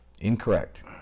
Incorrect